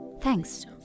Thanks